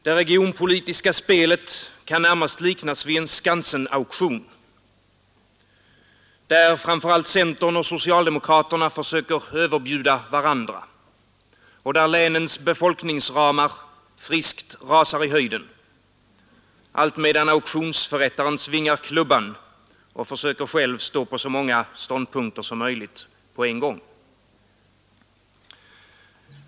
Det regionpolitiska spelet kan närmast liknas vid en Skansenauktion, där framför allt centern och socialdemokraterna försöker överbjuda varandra och där länens befolkningsramar friskt rasar i höjden, allt medan autionsförrättaren svingar klubban och själv försöker stå på så många ståndpunkter som möjligt på en gång.